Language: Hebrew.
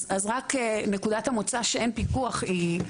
אז רק נקודת המוצא שאין פיקוח מוטעית.